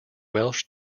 welsh